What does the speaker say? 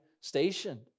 station